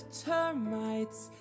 termites